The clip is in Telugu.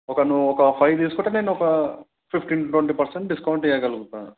ఒక నువ్వు ఒక ఫైవ్ తీసుకుంటే నేను ఒక ఫిఫ్టీన్ ట్వంటీ పెర్సెంట్ డిస్కౌంట్ ఇవ్వగలుగుతా